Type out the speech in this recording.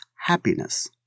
happiness